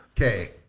Okay